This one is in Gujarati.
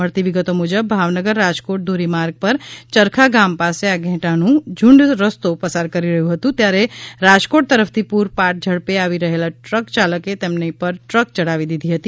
મળતી વિગતો મુજબ ભાવનગર રાજકોટ ધોરીમાર્ગ પર ચરખા ગામ પાસે આ ઘેંટાનું ઝુંડ રસ્તો પસાર કરી રહયું હતું ત્યારે રાજકોટ તરફથી પુરપાટ ઝડપે આવી રહેલા ટ્રક યાલકે તેમના પર ટ્રક ચડાવી દીધી હતી